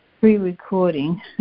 pre-recording